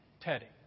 Teddy